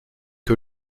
que